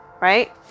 right